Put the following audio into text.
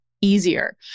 easier